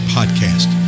Podcast